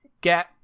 get